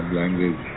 language